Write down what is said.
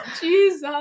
jesus